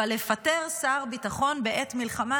אבל לפטר שר ביטחון בעת מלחמה,